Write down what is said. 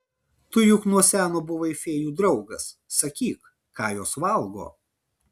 tu juk nuo seno buvai fėjų draugas sakyk ką jos valgo